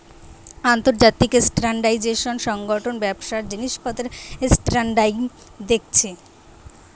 আন্তর্জাতিক স্ট্যান্ডার্ডাইজেশন সংগঠন ব্যবসার জিনিসপত্রের স্ট্যান্ডার্ড দেখছে